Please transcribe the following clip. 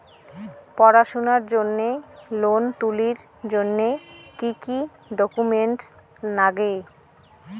পড়াশুনার জন্যে লোন তুলির জন্যে কি কি ডকুমেন্টস নাগে?